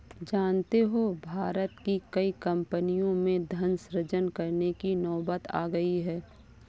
जानते हो भारत की कई कम्पनियों में धन सृजन करने की नौबत आ गई है